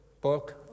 book